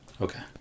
Okay